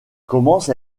commence